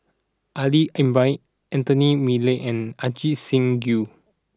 Ali Ibrahim Anthony Miller and Ajit Singh Gill